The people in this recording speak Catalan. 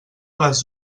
les